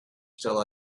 still